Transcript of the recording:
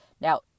Now